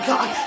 God